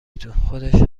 تون، خودش